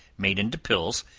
made into pills,